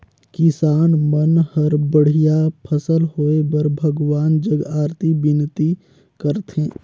किसान मन हर बड़िया फसल होए बर भगवान जग अरती बिनती करथे